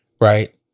Right